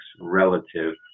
relative